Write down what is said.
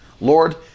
Lord